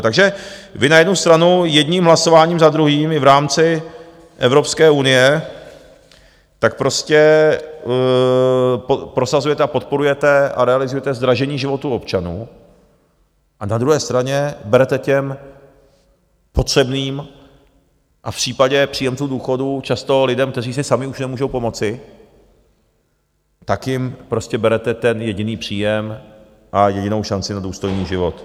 Takže vy na jednu stranu jedním hlasováním za druhým i v rámci Evropské unie tak prostě prosazujete a podporujete a realizujete zdražení životů občanů a na druhé straně berete těm potřebným a v případě příjemců důchodů často lidem, kteří si sami už nemůžou pomoci, ten jediný příjem a jedinou šanci na důstojný život.